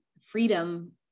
freedom